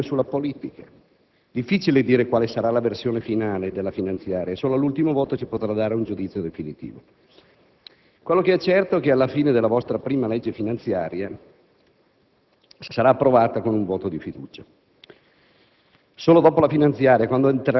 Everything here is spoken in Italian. Il *lobbing* di sinistra ha la meglio sulla politica. Difficile dire quale sarà la versione finale della finanziaria e solo all'ultimo voto si potrà dare un giudizio definitivo. Quel che è certo è che alla fine la vostra prima legge finanziaria sarà approvata con voto di fiducia.